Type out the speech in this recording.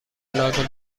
لازم